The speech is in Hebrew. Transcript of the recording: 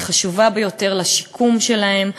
היא חשובה ביותר לשיקום שלהם,